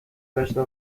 داشته